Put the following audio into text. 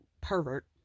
pervert